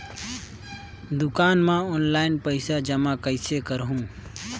दुकान म ऑनलाइन पइसा जमा कइसे करहु?